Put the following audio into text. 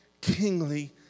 kingly